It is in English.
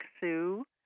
Sue